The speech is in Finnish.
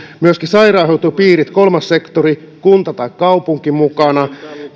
myöskin sairaanhoitopiirit kolmas sektori kunta tai kaupunki